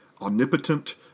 omnipotent